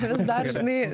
vis dar žinai